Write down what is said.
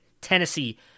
Tennessee